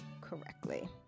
correctly